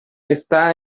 está